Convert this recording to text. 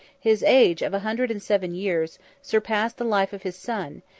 his age, of a hundred and seven years, surpassed the life of his son,